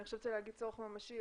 אני חושבת שלומר צורך ממשי,